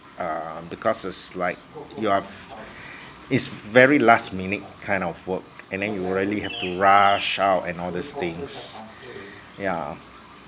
err because it's like you are f~ its very last minute kind of work and then you really have to rush out and all these things yeah